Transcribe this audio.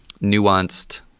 nuanced